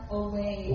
away